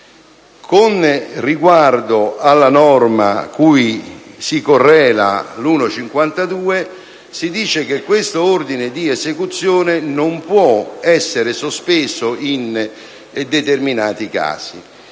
Con riguardo alla norma cui si correla l'emendamento 1.52, si dice che questo ordine di esecuzione non può essere sospeso in determinati casi,